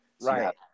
right